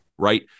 right